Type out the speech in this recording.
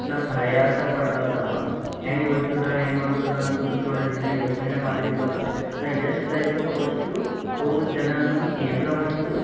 ನಾ ಪ್ರಯಾಸ ಪಡ್ಲತಪ್ಪ ಹೆಂಗೋಯ್ತದೆ ಹೆಂಗೋಯ್ತದೆ ಅನ್ಕೋತ ಥೋಡೆ ದಿನ ಯೋಚನೆ ಮಾಡಿನ್ಬಾದು ನಾ ಎಷ್ಟಾಯ್ತದೋ ಅಷ್ಟು ತೋಲ್ ಜನರ ಮುಂದೆ ಏನರ ಒಂದು